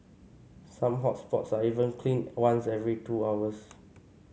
some hot spots are even cleaned once every two hours